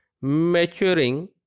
maturing